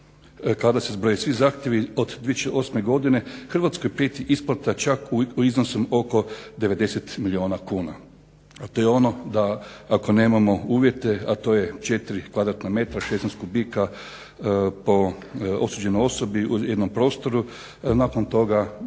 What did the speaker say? Kada se zbroje svi zahtjevi od 2008. godine Hrvatskoj prijeti isplata čak u iznosu oko 90 milijuna kuna, to je ono da ako nemamo uvjete, a to je u 4 kvadratna metra, 16 kubika po osuđenoj osobi u jednom prostoru, nakon toga